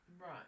right